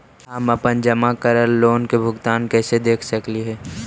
हम अपन जमा करल लोन के भुगतान कैसे देख सकली हे?